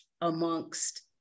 amongst